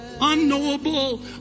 unknowable